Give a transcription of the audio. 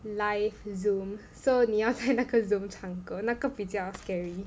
live Zoom so 你要在那个 Zoom 唱歌那个比较 scary